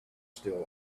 still